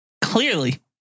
Clearly